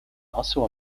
also